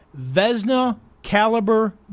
Vesna-caliber